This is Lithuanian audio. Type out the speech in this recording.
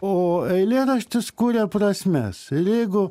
o eilėraštis kuria prasmes ir jeigu